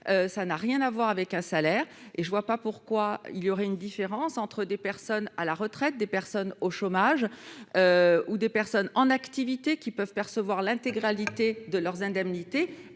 n'est pas un salaire ! Je ne vois pas pourquoi il y aurait une différence entre des personnes à la retraite, des personnes au chômage ou des personnes en activité, qui peuvent percevoir l'intégralité de leurs indemnités,